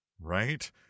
right